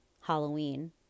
Halloween